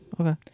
Okay